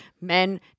men